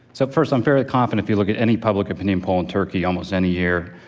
so, first, i'm fairly confident if you look at any public opinion poll in turkey almost any year,